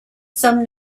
some